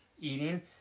eating